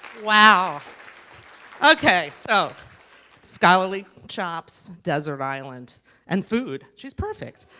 wow okay, so scholarly chops desert island and food, she's perfect.